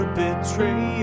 betray